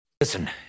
Listen